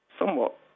Somewhat